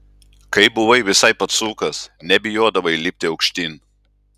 kai buvai visai pacukas nebijodavai lipti aukštyn